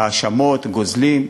ההאשמות גוזלים,